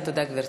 תודה, גברתי.